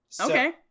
Okay